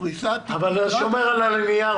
הפריסה תהיה --- אבל זה שומר על הליניאריות.